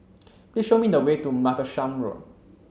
please show me the way to Martlesham Road